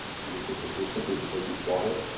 with the paper simply because you bought it.